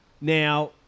now